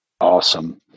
awesome